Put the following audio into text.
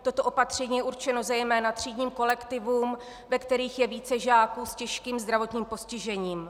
Toto opatření je určeno zejména třídním kolektivům, ve kterých je více žáků s těžkým zdravotním postižením.